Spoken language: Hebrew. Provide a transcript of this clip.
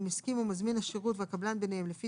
אם הסכימו מזמין השירות והקבלן ביניהם לפי